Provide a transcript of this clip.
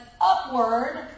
upward